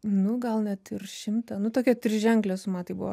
nu gal net ir šimtą nu tokia triženklė suma tai buvo